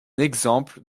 exemple